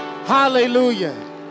Hallelujah